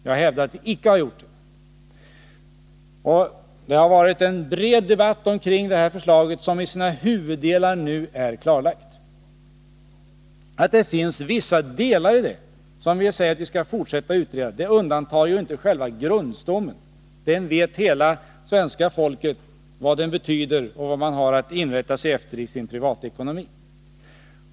Jag hävdar att vi icke har gjort det. Det har varit en bred debatt kring förslaget, som i sina huvuddelar nu är klarlagt. Att det finns vissa delar av förslaget som vi skall fortsätta att utreda undantar inte själva grundstommen. Hela svenska folket vet vad den betyder och vad man har att inrätta sig efter i sin privatekonomi.